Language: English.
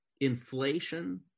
inflation